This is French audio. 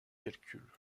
calcul